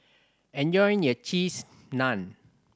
enjoy your Cheese Naan